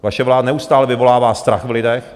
Vaše vláda neustále vyvolává strach v lidech.